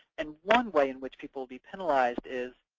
and one way in which people will be penalized is,